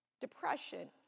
depression